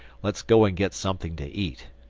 let's go and get something to eat.